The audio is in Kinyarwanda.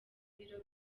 ibiro